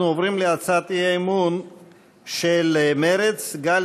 אנחנו עוברים להצעת האי-אמון של מרצ: גל